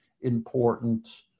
important